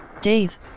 Dave